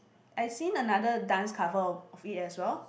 I seen another dance cover of of it as well